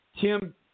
Tim